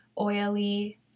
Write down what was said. oily